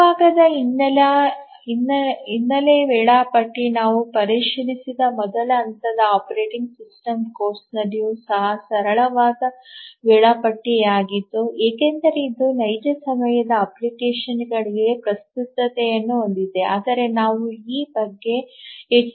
ಮುಂಭಾಗದ ಹಿನ್ನೆಲೆ ವೇಳಾಪಟ್ಟಿ ನಾವು ಪರಿಶೀಲಿಸಿದ ಮೊದಲ ಹಂತದ ಆಪರೇಟಿಂಗ್ ಸಿಸ್ಟಮ್ ಕೋರ್ಸ್ನಲ್ಲಿಯೂ ಸಹ ಸರಳವಾದ ವೇಳಾಪಟ್ಟಿಯಾಗಿದ್ದು ಏಕೆಂದರೆ ಇದು ನೈಜ ಸಮಯದ ಅಪ್ಲಿಕೇಶನ್ಗಳಿಗೆ ಪ್ರಸ್ತುತತೆಯನ್ನು ಹೊಂದಿದೆ ಆದರೆ ನಾವು ಈ ಬಗ್ಗೆ ಹೆಚ್ಚು ಚರ್ಚಿಸುವುದಿಲ್ಲ